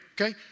Okay